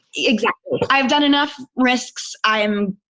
exactly. i've done enough risks. i am,